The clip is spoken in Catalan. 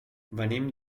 venim